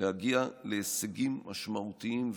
להגיע להישגים משמעותיים,